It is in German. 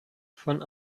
von